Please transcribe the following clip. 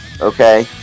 okay